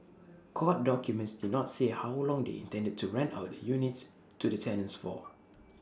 court documents did not say how long they intended to rent out the units to the tenants for